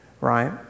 right